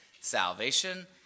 salvation